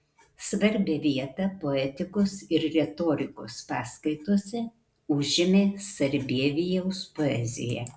svarbią vietą poetikos ir retorikos paskaitose užėmė sarbievijaus poezija